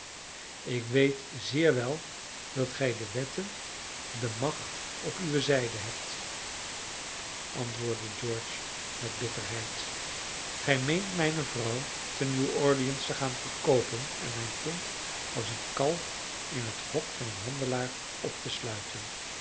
ik weet zeer wel dat gij de wetten de macht op uwe zijde hebt antwoordde george met bitterheid gij meent mijne vrouw te nieuw orleans te gaan verkoopen en mijn kind als een kalf in het hok van een handelaar op te sluiten